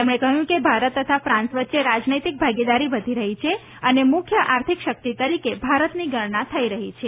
તેમણે કહ્યું કે ભારત તથા ક્રાંસ વચ્ચે રાજનૈતિક ભાગીદારી વધી રહી છે અને મુખ્ય આર્થિક શક્તિ તરીકે ભારતની ગણના થઇ રહી છે